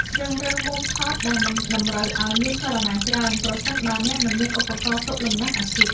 ជ្រើសរើសមុំថតដែលមិនតម្រូវឱ្យមានចលនាច្រើនប្រសិនបើអ្នកមិនមានឧបករណ៍ទប់លំនឹងអាជីព។